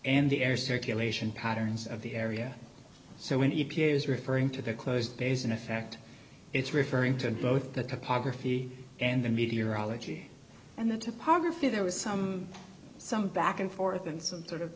and the air circulation patterns of the area so when e p a is referring to the closed basin effect it's referring to both the topography and the meteorology and the topography there was some some back and forth and some sort of